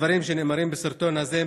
הדברים שנאמרים בסרטון הזה,